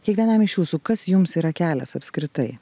kiekvienam iš jūsų kas jums yra kelias apskritai